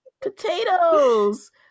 potatoes